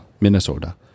Minnesota